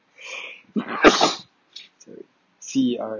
sorry C_E_R_N